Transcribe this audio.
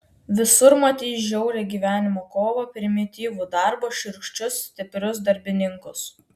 visur matei žiaurią gyvenimo kovą primityvų darbą šiurkščius stiprius darbininkus